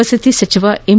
ವಸತಿ ಸಚಿವ ಎಂ